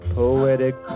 poetic